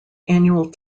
annual